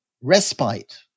respite